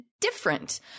different